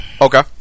Okay